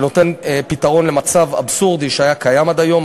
שנותן פתרון למצב אבסורדי שהיה קיים עד היום.